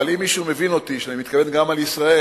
אבל אם מישהו מבין אותי שאני מתכוון גם על ישראל,